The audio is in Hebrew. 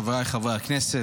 חבריי חברי הכנסת,